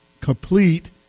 complete